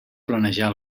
planejar